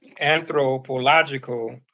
anthropological